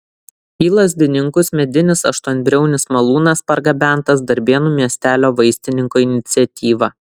į lazdininkus medinis aštuonbriaunis malūnas pargabentas darbėnų miestelio vaistininko iniciatyva